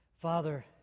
Father